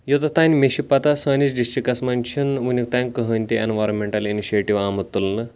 یوٚتَتھ تانۍ مےٚ چھِ پتہ سٲنِس ڈسٹرکٹس منٛز چھُنہٕ وُنیُک تان کٕہٕنۍ تہِ ایٚنوَرامیٚنٹل اِنِشیٹِو آمُت تُلنہٕ